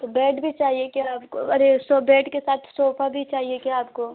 तो बेड भी चाहिए क्या आप को अरे सो बेड के साथ सोफा भी चाहिए क्या आपको